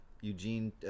eugene